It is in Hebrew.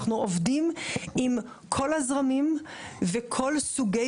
אנחנו עובדים עם כל הזרמים וכל הסוגים